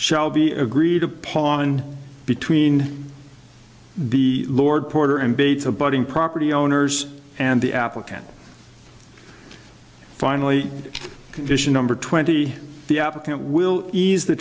shall be agreed upon between the lord porter and bates a budding property owners and the applicant finally condition number twenty the applicant will ease the